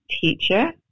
teacher